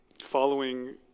following